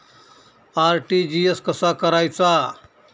RTGS कसा करायचा?